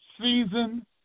season